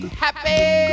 happy